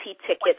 tickets